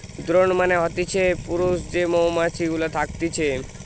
drone মানে হতিছে পুরুষ যে মৌমাছি গুলা থকতিছে